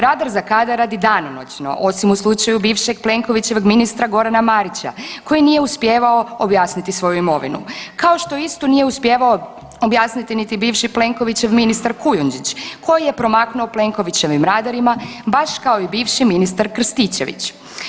Radar za kadar radi danonoćno, osim u slučaju bivšeg Plenkovićevog Gorana Marića koji nije uspijevao objasniti svoju imovinu, kao što istu nije uspijevao objasniti niti bivši Plenkovićev ministar Kujundžić koji je promaknuo Plenkovićevim radarima baš kao i bivši ministar Krstičević.